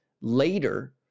later –